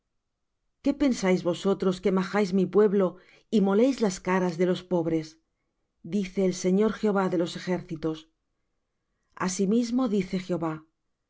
qué pensáis vosotros que majáis mi pueblo y moléis las caras de los pobres dice el señor jehová de los ejércitos asimismo dice jehová